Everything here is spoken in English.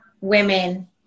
women